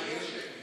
יהיה שמית?